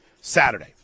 Saturday